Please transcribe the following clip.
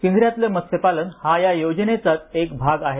पिंजऱ्यातलं मत्स्यपालन हा या योजनेचाच एक भाग आहे